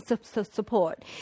support